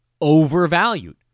overvalued